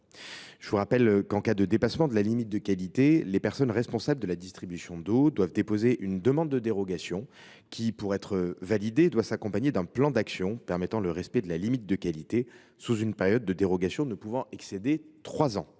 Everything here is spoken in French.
Je le rappelle, en cas de dépassement de la limite de qualité, les personnes responsables de la distribution d’eau doivent déposer une demande de dérogation qui, pour être validée, doit s’accompagner d’un plan d’action permettant le respect de la limite de qualité sous une période de dérogation ne pouvant pas excéder trois ans.